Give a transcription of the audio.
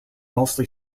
mostly